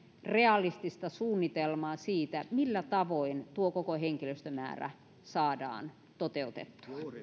realistista suunnitelmaa siitä millä tavoin tuo koko henkilöstömäärä saadaan toteutettua